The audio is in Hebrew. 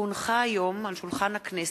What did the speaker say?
כי הונחו היום על שולחן הכנסת,